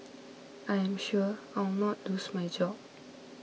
I am sure I will not lose my job